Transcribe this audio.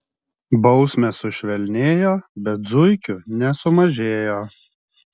bausmės sušvelnėjo bet zuikių nesumažėjo